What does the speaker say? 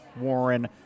Warren